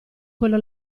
quello